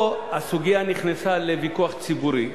פה הסוגיה נכנסה לוויכוח ציבורי.